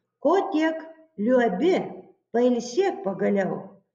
ko tiek liuobi pailsėk pagaliau